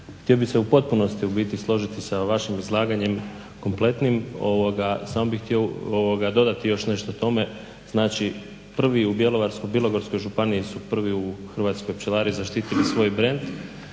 htio bih se u potpunosti u biti složiti sa vašim izlaganjem kompletnim samo bih htio dodati još nešto tome. Znači prvi u Bjelovarsko-bilogorskoj županiji su prvi u Hrvatskoj pčelari zaštitili svoj brend,